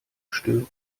stören